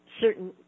Certain